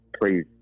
please